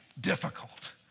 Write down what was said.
difficult